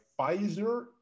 Pfizer